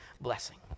blessing